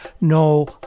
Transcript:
no